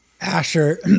Asher